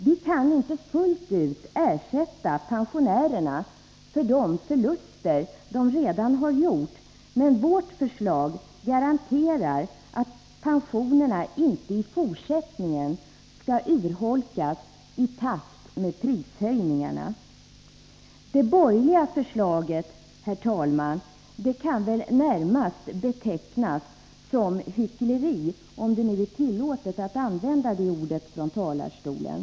Vi kan inte fullt ut ersätta pensionärerna för de förluster de redan har gjort, men vårt förslag garanterar att pensionerna inte i fortsättningen skall urholkas i takt med prishöjningarna. Det borgerliga förslaget, herr talman, kan väl närmast betecknas som hyckleri, om det nu är tillåtet att använda det ordet från talarstolen.